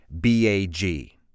B-A-G